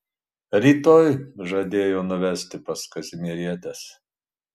rytoj žadėjo nuvesti pas kazimierietes